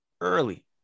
early